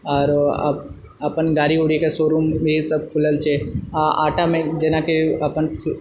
आरो आ अपन गाड़ी वुड़ीके शो रूम भी सब खुलल छै आ आँटामे जेनाकि अपन फ्लो